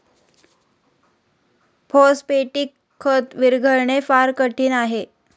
phosphatic खत विरघळणे फार कठीण आहे